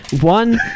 One